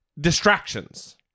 distractions